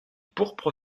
pourpre